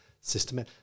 system